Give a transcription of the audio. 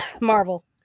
Marvel